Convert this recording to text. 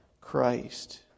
Christ